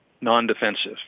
non-defensive